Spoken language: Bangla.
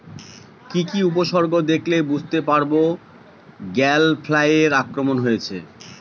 কি কি উপসর্গ দেখলে বুঝতে পারব গ্যাল ফ্লাইয়ের আক্রমণ হয়েছে?